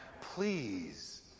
please